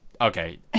okay